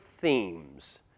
themes